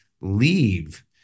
leave